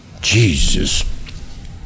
Jesus